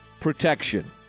protection